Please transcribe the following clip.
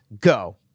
go